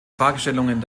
fragestellungen